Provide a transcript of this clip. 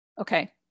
Okay